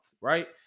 right